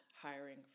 hiring